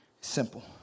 Simple